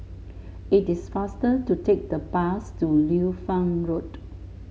it is faster to take the bus to Liu Fang Road